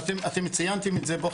אתם ציינתם את זה פה,